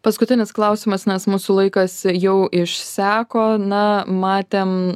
paskutinis klausimas nes mūsų laikas jau išseko na matėm